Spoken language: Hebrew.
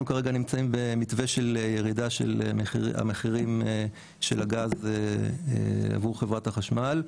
אנחנו כרגע נמצאים במתווה של ירידה של המחירים של הגז עבור חברת החשמל,